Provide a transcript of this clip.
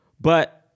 But-